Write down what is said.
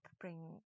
bring